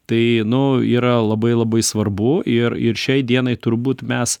tai nu yra labai labai svarbu ir ir šiai dienai turbūt mes